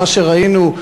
ומה שראינו,